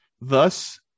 thus